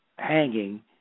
hanging